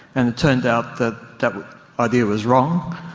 and it turned out that that idea was wrong,